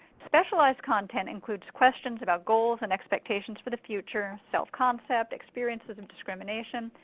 specialized content includes questions about goals and expectations for the future, self-concept, experiences of discrimination,